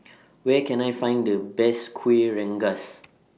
Where Can I Find The Best Kuih Rengas